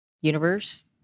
universe